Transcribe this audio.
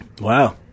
wow